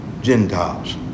Gentiles